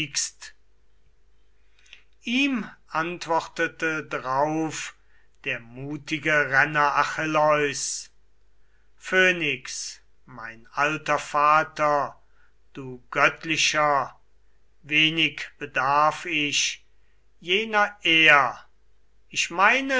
ihm antwortete drauf der mutige renner achilleus phönix mein alter vater du göttlicher wenig bedarf ich jener ehr ich meine